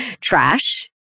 trash